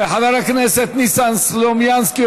חבר הכנסת ניסן סלומינסקי,